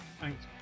thanks